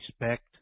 respect